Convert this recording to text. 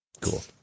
cool